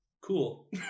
cool